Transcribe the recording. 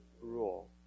rule